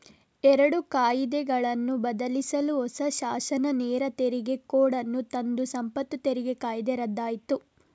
ಎರಡು ಕಾಯಿದೆಗಳನ್ನು ಬದಲಿಸಲು ಹೊಸ ಶಾಸನ ನೇರ ತೆರಿಗೆ ಕೋಡ್ ಅನ್ನು ತಂದು ಸಂಪತ್ತು ತೆರಿಗೆ ಕಾಯ್ದೆ ರದ್ದಾಯ್ತು